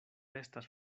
estas